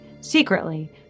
secretly